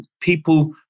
people